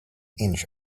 inch